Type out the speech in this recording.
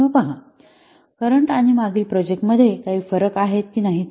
सद्य आणि मागील प्रोजेक्ट मध्ये काही फरक आहेत की नाही ते पहा